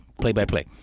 play-by-play